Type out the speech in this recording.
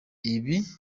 ibi